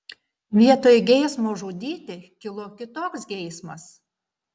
vietoj geismo žudyti kilo kitoks geismas